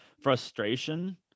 frustration